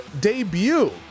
debut